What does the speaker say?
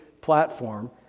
platform